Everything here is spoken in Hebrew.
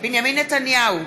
בנימין נתניהו,